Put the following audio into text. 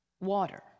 water